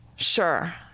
Sure